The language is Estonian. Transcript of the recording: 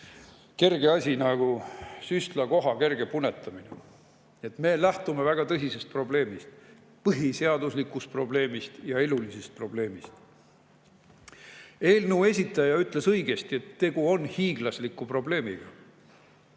kerge asi, süstlakoha kerge punetamine. Me lähtume väga tõsisest probleemist, põhiseaduslikust probleemist ja elulisest probleemist. Eelnõu esitaja ütles õigesti, et tegu on hiiglasliku probleemiga.